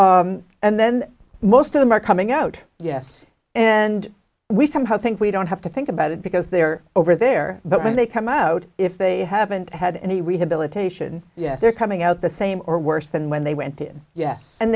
and and then most of them are coming out yes and we somehow think we don't have to think about it because they're over there but when they come out if they haven't had any rehabilitation yet they're coming out the same or worse than when they went in yes and